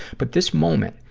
but this moment,